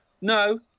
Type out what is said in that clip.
No